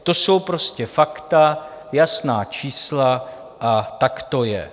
To jsou prostě fakta, jasná čísla a tak to je.